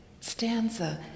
stanza